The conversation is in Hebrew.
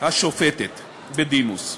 השופטת בדימוס.